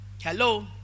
Hello